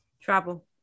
travel